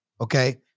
okay